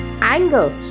anger